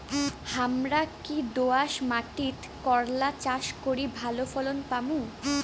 হামরা কি দোয়াস মাতিট করলা চাষ করি ভালো ফলন পামু?